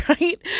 right